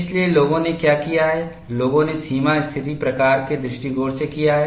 इसलिए लोगों ने क्या किया है लोगों ने सीमा स्थिति प्रकार के दृष्टिकोण से किया है